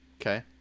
Okay